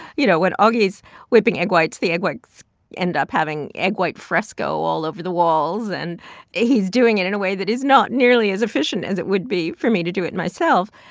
you know, when augie's whipping egg whites, the egg whites end up having egg white fresco all over the walls, and he's doing it in a way that is not nearly as efficient as it would be for me to do it myself.